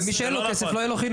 ומי שאין לו כסף לא יהיה לו חינוך.